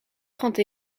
trente